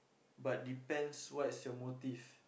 but depends what is your motive